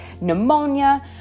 pneumonia